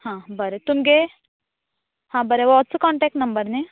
हां बरें तुमगें हां बरें होच कॉनटेक्ट नंबर नही